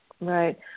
Right